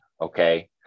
okay